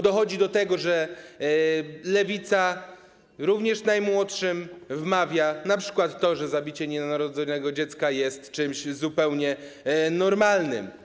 Dochodzi do tego, że Lewica również najmłodszym wmawia np. to, że zabicie nienarodzonego dziecka jest czymś zupełnie normalnym.